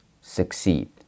succeed